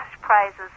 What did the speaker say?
prizes